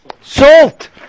salt